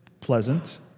Pleasant